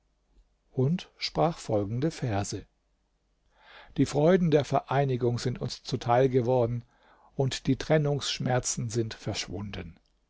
und sprach folgende verse die freuden der vereinigung sind uns zuteil geworden und die trennungsschmerzen sind verschwunden